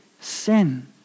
sin